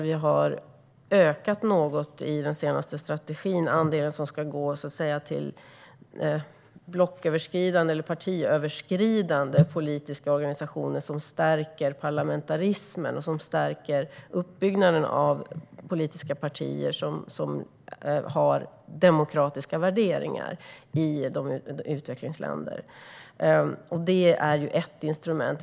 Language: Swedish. Vi har i den senaste strategin något ökat den andel som ska gå till blocköverskridande eller partiöverskridande politiska organisationer som stärker parlamentarismen och uppbyggnaden av politiska partier med demokratiska värderingar i utvecklingsländer. Det är ett instrument.